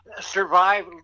survive